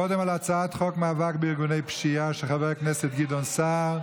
קודם על הצעת חוק מאבק בארגוני פשיעה של חבר הכנסת גדעון סער.